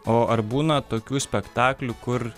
o ar būna tokių spektaklių kur